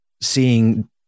seeing